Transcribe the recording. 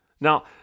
Now